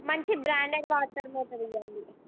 మంచి branded water motor ఇవ్వండి